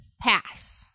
Pass